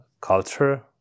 Culture